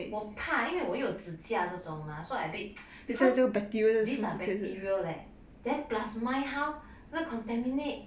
我怕因为我有指甲这种 mah so like a bit because these are bacteria leh then plus mine how then contaminate